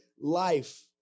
life